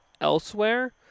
elsewhere